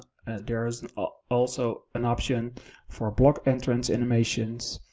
there is and ah also an option for block entrance animations,